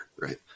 right